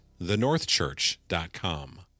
thenorthchurch.com